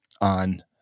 on